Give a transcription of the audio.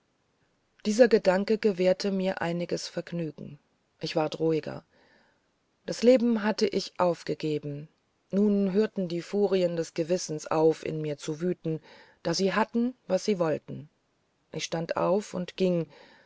dieser gedanke gewährte mir einiges vergnügen ich ward ruhiger das leben hatte ich aufgegeben nun hörten die furien des gewissens auf in mir zu wüten da sie hatten was sie wollten ich stand auf und ging